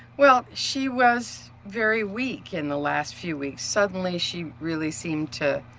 well, she was very weak in the last few weeks. suddenly she really seemed to